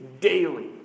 daily